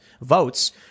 votes